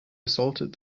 assaulted